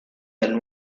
del